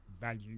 value